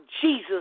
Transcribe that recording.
Jesus